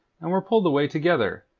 and were pulled away together,